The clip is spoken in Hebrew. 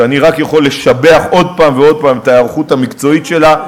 שאני רק יכול לשבח עוד פעם ועוד פעם את ההיערכות המקצועית שלה,